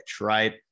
right